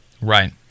Right